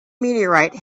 meteorite